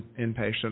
inpatient